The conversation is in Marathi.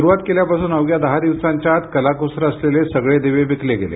सुरुवात केल्यापासून अवघ्या दहा दिवसांच्या आत कलाकुसर असलेले सगळे दिवे विकले गेले